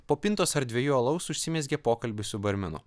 po pintos ar dviejų alaus užsimezgė pokalbis su barmenu